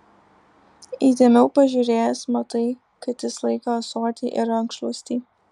įdėmiau pažiūrėjęs matai kad jis laiko ąsotį ir rankšluostį